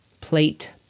plate